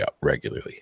regularly